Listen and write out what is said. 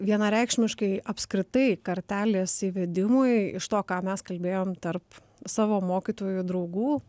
vienareikšmiškai apskritai kartelės įvedimui iš to ką mes kalbėjom tarp savo mokytojų draugų